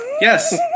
Yes